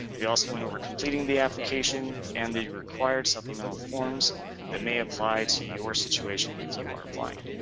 we also went over completing the application and the required supplemental forms that may apply to your situation if you are applying.